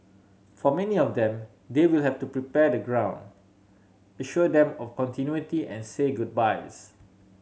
for many of them they will have to prepare the ground assure them of continuity and say goodbyes